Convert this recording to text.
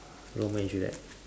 romeo and juliet